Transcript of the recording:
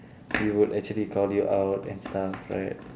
we would actually call you out and stuff right